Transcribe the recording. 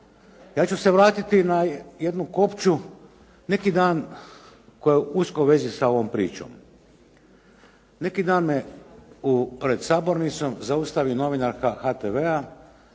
Ja ću se vratiti na jednu kopču neki dan koja je u uskoj vezi sa ovom pričom. Neki dan me pred sabornicom zaustavi novinarka HTV-a